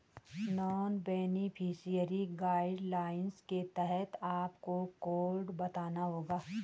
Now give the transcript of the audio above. non beneficiary guidelines के तहत आपको कोड बताना होगा